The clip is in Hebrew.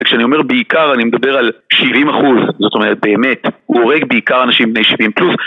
כשאני אומר בעיקר, אני מדבר על 70%, זאת אומרת באמת, הוא הורג בעיקר אנשים בני 70 פלוס